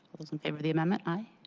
those in favor of the amendment aye.